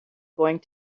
going